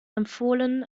empfohlen